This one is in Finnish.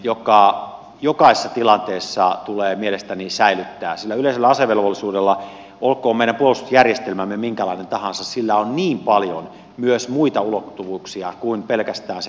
se tulee jokaisessa tilanteessa mielestäni säilyttää sillä yleisellä asevelvollisuudella olkoon meidän puolustusjärjestelmämme minkälainen tahansa on niin paljon myös muita ulottuvuuksia kuin pelkästään se puolustuksellinen ulottuvuus